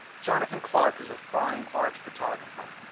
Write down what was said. jonathan clark is a fine art photographer,